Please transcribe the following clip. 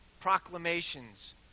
proclamations